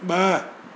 ब॒